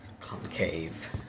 concave